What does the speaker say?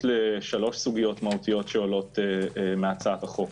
לשלוש סוגיות מהותיות שעולות מהצעת החוק.